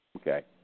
Okay